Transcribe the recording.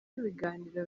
ibiganiro